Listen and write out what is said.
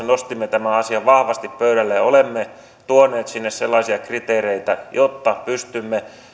nostimme tämän asian vahvasti pöydälle ja olemme tuoneet sinne sellaisia kriteereitä että pystymme